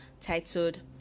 titled